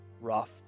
rough